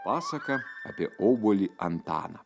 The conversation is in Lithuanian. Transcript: pasaka apie obuolį antaną